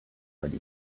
write